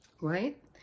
Right